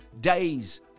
days